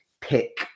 pick